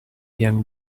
young